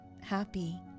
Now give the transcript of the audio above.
happy